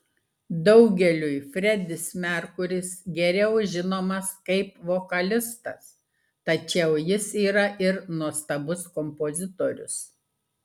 daugeliui fredis merkuris geriau žinomas kaip vokalistas tačiau jis yra ir nuostabus kompozitorius